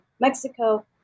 Mexico